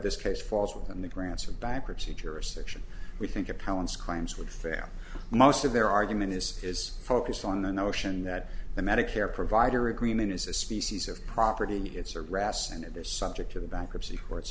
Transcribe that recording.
this case falls within the grants or bankruptcy jurisdiction we think accounts claims would fair most of their argument is is focused on the notion that the medicare provider agreement is a species of property it's a ras and it is subject to the bankruptcy